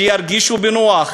שירגישו בנוח,